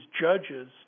judges